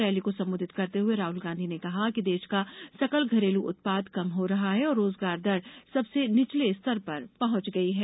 rally को संबोधित करते हुए राइल गांधी ने कहा कि देश का सकल घरेलू उत्पामद कम हो रहा है और रोजगार दर सबसे निचले स्तोर पर पहुंच गई है